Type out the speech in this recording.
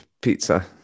Pizza